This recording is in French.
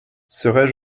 serais